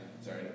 sorry